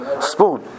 spoon